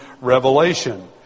revelation